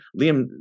Liam